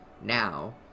now